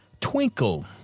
twinkle